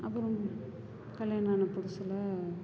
அப்புறம் கல்யாணம் ஆன புதுசில்